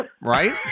Right